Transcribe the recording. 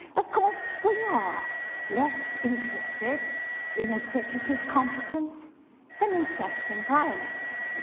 of course, we are less interested in executive competence than in sex and violence.